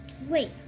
Wait